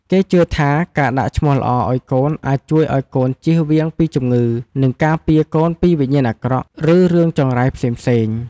គេជឿថា ការដាក់ឈ្មោះល្អឲ្យកូនអាចជួយឲ្យកូនជៀសវាងពីជំងឺ និងការពារកូនពីវិញ្ញាណអាក្រក់ ឬរឿងចង្រៃផ្សេងៗ។